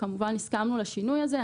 כמובן הסכמנו לשינוי הזה.